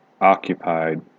occupied